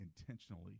intentionally